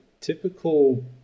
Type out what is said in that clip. typical